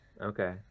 Okay